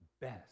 best